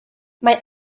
mae